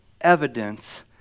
evidence